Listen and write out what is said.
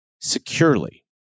securely